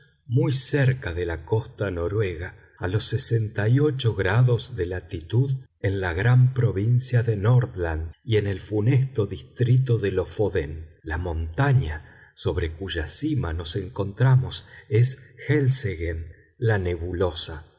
muy cerca de la costa noruega a los sesenta y ocho grados de latitud en la gran provincia de nordland y en el funesto distrito de lofoden la montaña sobre cuya cima nos encontramos es helseggen la nebulosa